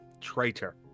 Traitor